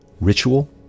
ritual